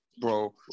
Bro